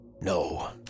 no